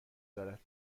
دارد